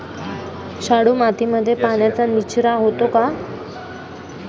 शाडू मातीमध्ये पाण्याचा निचरा होतो का?